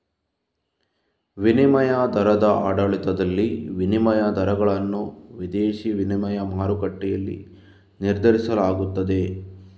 ವಿನಿಮಯ ದರದ ಆಡಳಿತದಲ್ಲಿ, ವಿನಿಮಯ ದರಗಳನ್ನು ವಿದೇಶಿ ವಿನಿಮಯ ಮಾರುಕಟ್ಟೆಯಲ್ಲಿ ನಿರ್ಧರಿಸಲಾಗುತ್ತದೆ